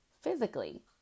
physically